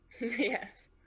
Yes